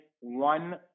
one